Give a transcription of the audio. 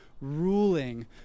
ruling